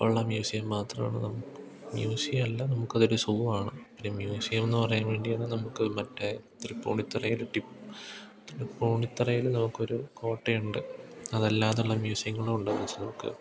ഉള്ള മ്യൂസിയം മാത്രാണ് നമുക്ക് മ്യൂസിയ അല്ല നമുക്കതൊരു സൂവാണ് പിന്നെ മ്യൂസിയം എന്ന് പറയാൻ വേണ്ടിയാണ് നമുക്ക് മറ്റേ തൃപ്പൂണിത്തറയിൽ തൃപ്പൂണിത്തറയിൽ നമുക്കൊരു കോട്ടയുണ്ട് അതല്ലാതെയുള്ള മ്യൂസിയങ്ങളും ഉണ്ടോന്ന്ച്ച് നമുക്ക്